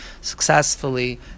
successfully